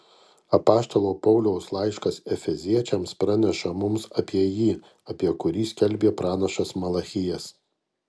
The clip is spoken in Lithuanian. apaštalo pauliaus laiškas efeziečiams praneša mums apie jį apie kurį skelbė pranašas malachijas